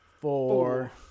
four